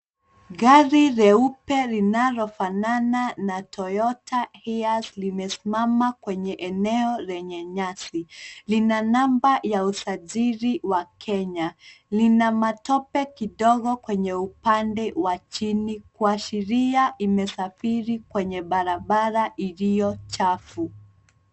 Gari leupe linalofanana toyota hilux limesimama kwenye eneo lenye nyasi. Lina namba ya usajili wa Kenya. Lina matope kidogo kwenye upande wa chini kuashiria imesafiri kwenye barabara iliyo chafu.